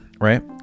right